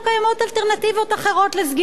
אלטרנטיבות אחרות לסגירת הגירעון.